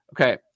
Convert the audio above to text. Okay